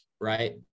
right